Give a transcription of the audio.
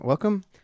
Welcome